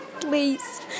please